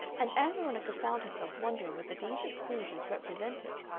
and ann veronica found herself wondering whether these exclusions represented,